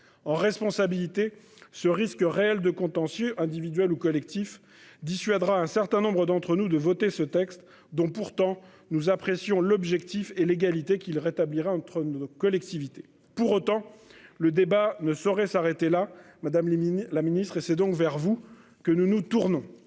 en responsabilité ce risque réel de contentieux individuel ou collectif dissuadera un certain nombre d'entre nous de voter ce texte, dont pourtant nous apprécions. L'objectif est l'égalité qu'il rétablira entre nos collectivités. Pour autant, le débat ne saurait s'arrêter là. Madame Luminaire. La ministre et c'est donc vers vous que nous nous tournons